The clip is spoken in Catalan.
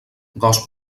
gos